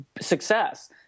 success